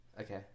Okay